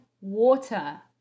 water